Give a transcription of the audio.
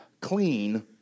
clean